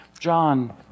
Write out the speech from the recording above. John